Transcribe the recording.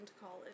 college